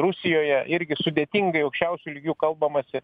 rusijoje irgi sudėtingai aukščiausiu lygiu kalbamasi